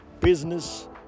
business